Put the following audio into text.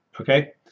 Okay